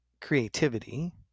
creativity